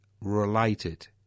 related